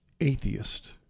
atheist